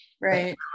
Right